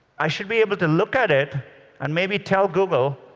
i should be able to look at it and maybe tell google,